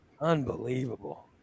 Unbelievable